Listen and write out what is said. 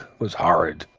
was horrid.